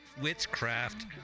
witchcraft